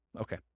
Okay